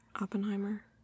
Oppenheimer